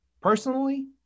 personally